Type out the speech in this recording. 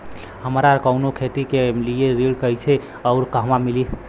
हमरा कवनो खेती के लिये ऋण कइसे अउर कहवा मिली?